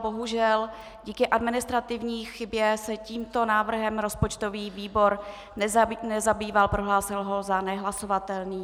Bohužel díky administrativní chybě se tímto návrhem rozpočtový výbor nezabýval, prohlásil ho za nehlasovatelný.